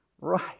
right